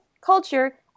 culture